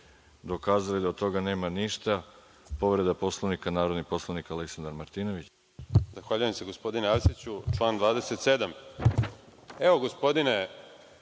dokazali da od toga nema ništa. Povreda Poslovnika, narodni poslanik Aleksandar Martinović.